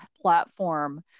platform